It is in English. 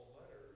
letters